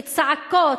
בצעקות,